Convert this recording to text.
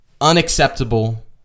unacceptable